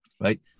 right